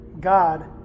God